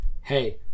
hey